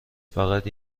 فقط